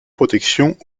protections